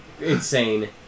insane